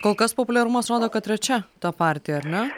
kol kas populiarumas rodo kad trečia ta partija ar ne